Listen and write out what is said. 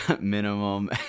minimum